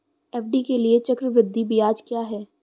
FD के लिए चक्रवृद्धि ब्याज क्या है?